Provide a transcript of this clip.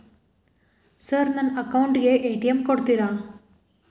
Sir ನನ್ನ account ಗೆ ATM ಕೊಡುತ್ತೇರಾ?